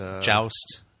Joust